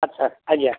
ଆଛା ଆଜ୍ଞା